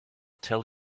tell